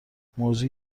موضوع